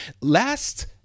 Last